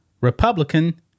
Republican